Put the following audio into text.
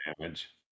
damage